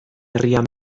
herrian